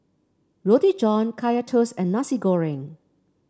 Roti John Kaya Toast and Nasi Goreng